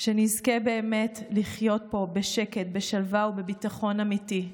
שנזכה באמת לחיות פה בשקט, בשלווה ובביטחון אמיתי.